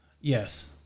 Yes